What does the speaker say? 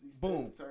Boom